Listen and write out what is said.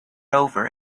over